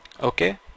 Okay